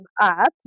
up